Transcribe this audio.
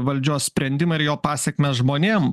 valdžios sprendimą ir jo pasekmes žmonėm